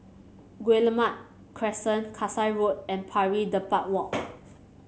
Guillemard Crescent Kasai Road and Pari Dedap Walk